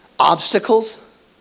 Obstacles